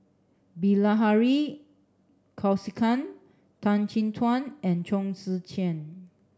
Bilahari Kausikan Tan Chin Tuan and Chong Tze Chien